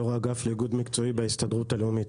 יושב-ראש האגף לאיגוד מקצועי בהסתדרות הלאומית.